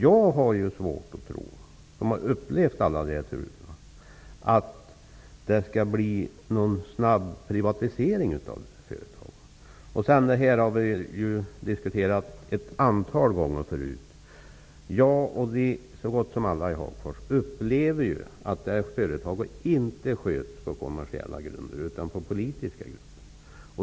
Jag som har upplevt alla de här turerna har ju svårt att tro att det kommer att bli någon snabb privatisering av företaget. Sedan till något som vi har diskuterat ett antal gånger förut: Jag och så gott som alla i Hagfors upplever att det här företaget inte sköts på kommersiella grunder utan på politiska.